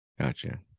Gotcha